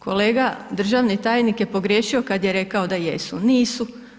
Kolega državni tajnik je pogriješio kada je rekao da jesu, nisu.